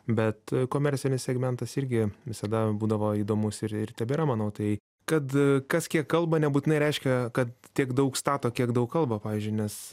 bet a komercinis segmentas irgi visada būdavo įdomus ir ir tebėra manau tai kad a kas kiek kalba nebūtinai reiškia kad tiek daug stato kiek daug kalba pavyzdžiui nes